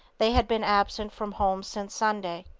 they had been absent from home since sunday.